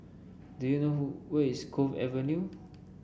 do you know who where is Cove Avenue